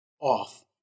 off